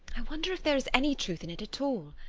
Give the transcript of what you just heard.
i wonder if there is any truth in it at all.